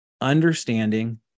understanding